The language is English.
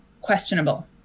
questionable